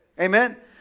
Amen